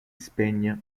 spegne